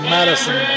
Madison